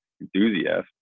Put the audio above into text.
enthusiast